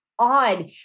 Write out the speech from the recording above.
Odd